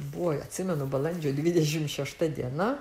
buvo atsimenu balandžio dvidešimt šešta diena